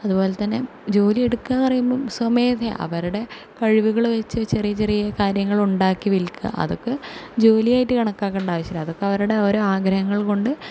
അതുപോലെതന്നെ ജോലി എടുക്കുകയെന്നു പറയുമ്പോൾ സ്വമേധയാ അവരുടെ കഴിവുകൾ വെച്ച് ചെറിയ ചെറിയ കാര്യങ്ങൾ ഉണ്ടാക്കി വിൽക്കുക അതൊക്കെ ജോലിയായിട്ട് കണക്കാക്കണ്ട ആവശ്യമില്ല അതൊക്കെ അവരുടെ ഓരോ ആഗ്രഹങ്ങൾ കൊണ്ട്